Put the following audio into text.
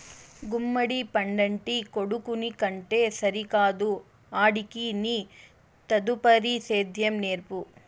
గుమ్మడి పండంటి కొడుకుని కంటే సరికాదు ఆడికి నీ తదుపరి సేద్యం నేర్పు